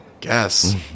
guess